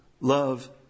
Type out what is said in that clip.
love